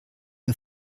wir